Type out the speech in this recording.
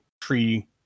tree